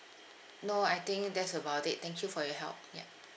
no I think that's about it thank you for your help yup